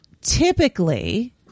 typically